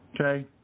Okay